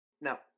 Now